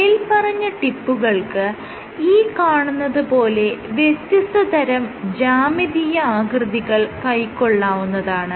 മേല്പറഞ്ഞ ടിപ്പുകൾക്ക് ഈ കാണുന്നത് പോലെ വ്യത്യസ്തതരം ജ്യാമിതീയ ആകൃതികൾ കൈകൊള്ളാവുന്നതാണ്